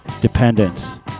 Dependence